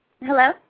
Hello